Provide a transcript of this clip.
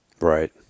Right